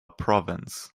province